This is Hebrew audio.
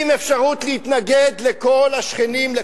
עם אפשרות לכל השכנים להתנגד,